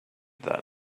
that